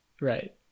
Right